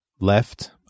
Left